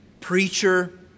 preacher